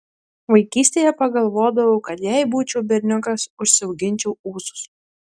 vaikystėje pagalvodavau kad jei būčiau berniukas užsiauginčiau ūsus